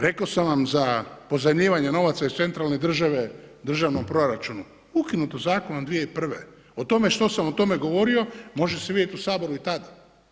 Rekao sam vam za pozajmljivanje novaca iz centralne države državnom proračunu, ukinuto zakonom 2001. o tome što sam o tome govori, može se vidjeti u Saboru i tada.